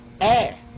Air